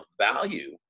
value